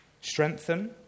Strengthen